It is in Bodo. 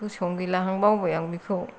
गोसोआवनो गैलाहां बावबाय आं बेखौ